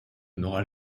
n’aura